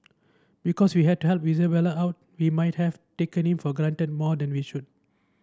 because we had to help Isabelle out we might have taken him for granted more than we should